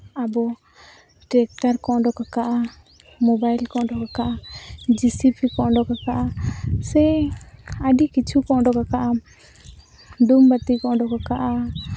ᱟᱵᱚ ᱴᱮᱠᱴᱟᱨ ᱠᱚ ᱚᱰᱚᱠᱟᱠᱟᱜᱼᱟ ᱢᱳᱵᱟᱭᱤᱞ ᱠᱚ ᱚᱰᱚᱠᱟᱠᱟᱜᱼᱟ ᱡᱤᱥᱤᱯᱤ ᱠᱚ ᱚᱰᱚᱠᱟᱠᱟᱜᱼᱟ ᱥᱮ ᱟᱹᱰᱤ ᱠᱤᱪᱷᱩ ᱠᱚ ᱚᱰᱚᱠᱟᱠᱟᱜᱼᱟ ᱰᱩᱢ ᱵᱟᱹᱛᱤ ᱠᱚ ᱩᱰᱩᱠᱟᱠᱟᱜᱼᱟ